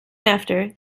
after